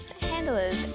handlers